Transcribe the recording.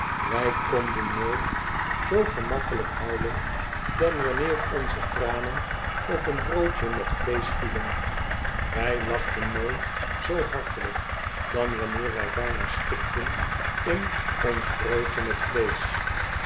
wij konden nooit zoo gemakkelijk huilen dan wanneer onze tranen op een broodje met vleesch vielen wij lachten nooit zoo hartelijk dan wanneer wij bijna stikten in ons broodje met vleesch